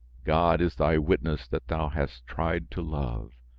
god is thy witness that thou hast tried to love.